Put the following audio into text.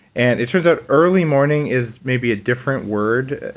and it turns out early morning is maybe a different word.